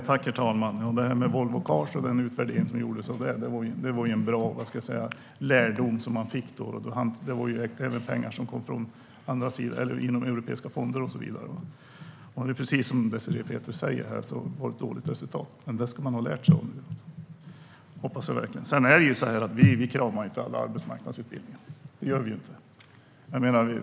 Herr talman! Utvärderingen när det gäller Volvo Cars gav en bra lärdom. Det var även pengar som kom från europeiska fonder och så vidare. Precis som Désirée Pethrus säger var det ett dåligt resultat, men det ska man ha lärt sig av nu - det hoppas jag verkligen. Vi kramar inte alla arbetsmarknadsutbildningar - det gör vi inte.